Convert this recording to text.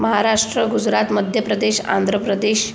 Maharashtra Gujarat Madhya Pradesh Andhra Pradesh